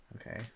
Okay